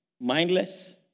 mindless